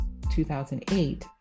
2008